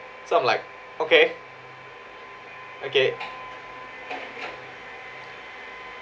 so I'm like okay okay